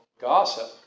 Gossip